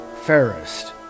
fairest